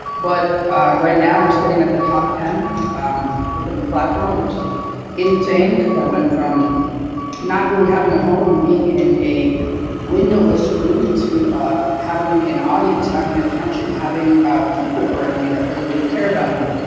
but right now i'm sitting at the top ten um within the platform which is insane cause i went from not really having a home and being in a windowless room to ah having an audience, having attention, having people around me that really really care about me.